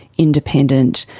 independent,